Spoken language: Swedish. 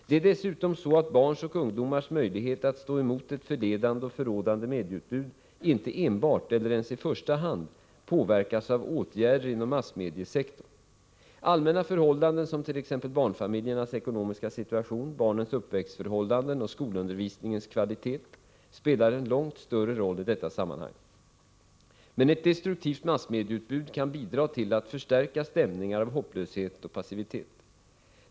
Det är dessutom så att barns och ungdomars möjligheter att stå emot ett förledande eller förråande medieutbud inte enbart — eller ens i första hand — påverkas av åtgärder inom massmediesektorn. Allmänna förhållanden som t.ex. barnfamiljernas ekonomiska situation, barnens uppväxtförhållanden och skolundervisningens kvalitet spelar en långt större roll i detta sammanhang. Men ett destruktivt massmedieutbud kan bidra till att förstärka stämningar av hopplöshet och passivitet.